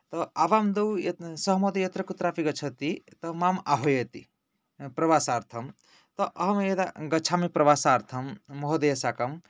आवां द्वौ यदा सः महोदय यत्र कुत्रापि गच्छति सः माम् आह्वयति प्रवासार्थम् अहं यदा गच्छामि प्रवासार्थं महोदयेन साकं